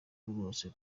rwose